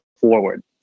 forward